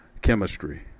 chemistry